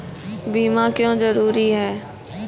बीमा क्यों जरूरी हैं?